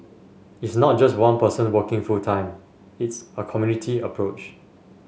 it's not just one person working full time it's a community approach